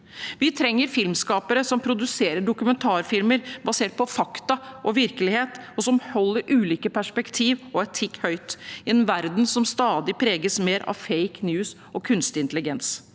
Vi trenger filmskapere som produserer dokumentarfilmer basert på fakta og virkelighet, og som holder ulike perspektiv og etikk høyt, i en verden som preges stadig mer av «fake news» og kunstig intelligens.